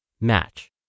Match